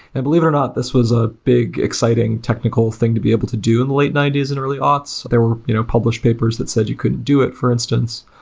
and believe it or not, this was a big, exciting, technical thing to be able to do in the late ninety s and early auths. there were you know published papers that said you couldn't do it for instance.